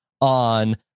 on